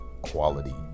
quality